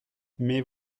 mais